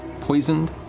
poisoned